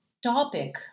topic